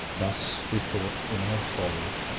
thus we thought in our folly,